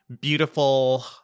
beautiful